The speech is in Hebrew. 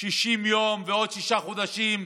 60 יום ועוד שישה חודשים,